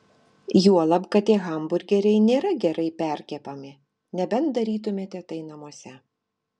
juolab kad tie hamburgeriai nėra gerai perkepami nebent darytumėte tai namuose